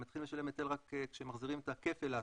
הם מתחילים לשלם היטל רק כשמחזירים את כפל ההשקעה.